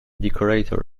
decorator